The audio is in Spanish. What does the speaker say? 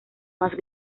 más